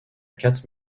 quatre